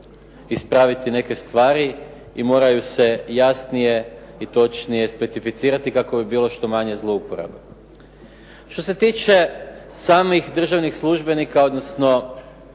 ispraviti neke stvari i moraju se jasnije i točnije specificirati kako bi bilo što manje zlouporaba. Što se tiče samih državnih službenika odnosno